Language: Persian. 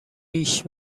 ریش